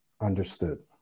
Understood